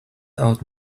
out